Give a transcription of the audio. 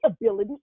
ability